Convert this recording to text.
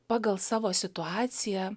pagal savo situaciją